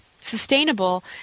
sustainable